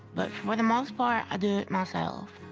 but for the most part, i do it myself.